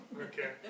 okay